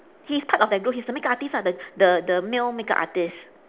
he's part of that group he's the makeup artist ah the the the male makeup artist